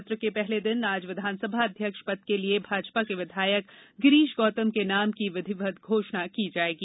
सत्र के पहले दिन आज विधानसभा अध्यक्ष पद के लिये भाजपा के विधायक गिरीश गौतम के नाम की विधिवत घोषणा की जाएगी